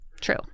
True